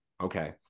okay